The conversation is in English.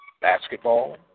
basketball